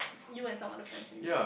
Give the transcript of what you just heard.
you and some other friends with me